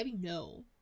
No